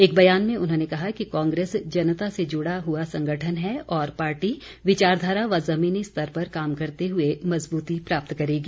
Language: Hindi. एक बयान में उन्होंने कहा कि कांग्रेस जनता से जुड़ा हुआ संगठन है और पार्टी विचारधारा व जमीनी स्तर पर काम करते हुए मजबूती प्राप्त करेगी